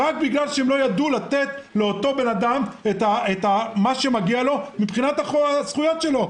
רק בגלל שהם לא ידעו לתת לאותו אדם את מה שמגיע לו מבחינת הזכויות שלו.